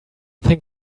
think